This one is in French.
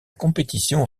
compétition